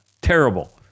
Terrible